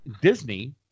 Disney